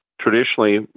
traditionally